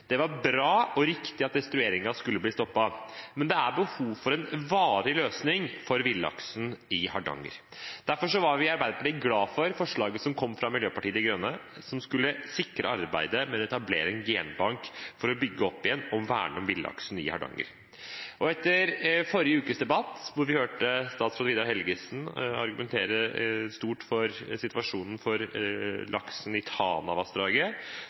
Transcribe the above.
Det var bra og riktig at destrueringen skulle bli stoppet, men det er behov for en varig løsning for villaksen i Hardanger. Derfor var vi i Arbeiderpartiet glad for forslaget som kom fra Miljøpartiet De Grønne, som skulle sikre arbeidet med å etablere en genbank for å bygge opp igjen og verne om villaksen i Hardanger. Etter forrige ukes debatt, da vi hørte statsråd Vidar Helgesen argumentere sterkt for situasjonen